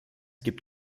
gibt